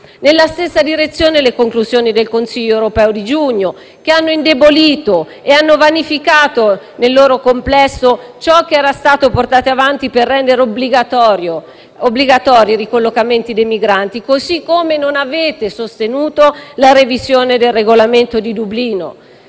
Nella stessa direzione vanno le conclusioni del Consiglio europeo di giugno, che hanno indebolito e vanificato nel loro complesso ciò che era stato portato avanti per rendere obbligatori i ricollocamenti dei migranti. Allo stesso modo non avete sostenuto la revisione del Regolamento di Dublino.